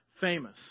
Famous